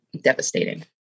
devastating